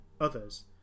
others